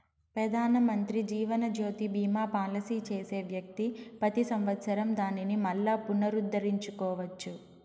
పెదానమంత్రి జీవనజ్యోతి బీమా పాలసీ చేసే వ్యక్తి పెతి సంవత్సరం దానిని మల్లా పునరుద్దరించుకోవచ్చు